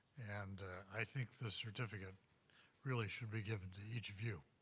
and i think this certificate really should be given to each of you.